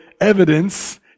evidence